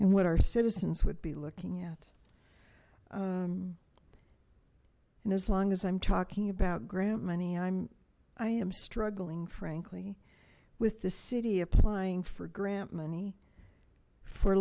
and what our citizens would be looking at and as long as i'm talking about grant money i'm i am struggling frankly with the city applying for grant money for